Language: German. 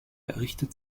richtet